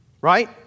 Right